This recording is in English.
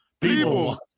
people